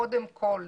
קודם כל.